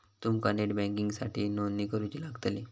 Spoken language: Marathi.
तुमका नेट बँकिंगसाठीही नोंदणी करुची लागतली